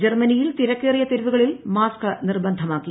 ജർമനിയിൽ തിരക്കേറിയ തെരുവുകളിൽ മാസ്ക് നിർബന്ധമാക്കി